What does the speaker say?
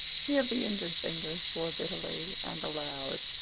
he of the injured fingers swore bitterly, and aloud.